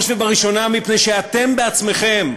ובראש ובראשונה מפני שאתם עצמכם,